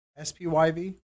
SPYV